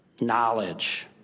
knowledge